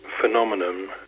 phenomenon